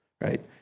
right